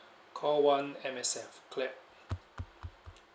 call one M_S_F clap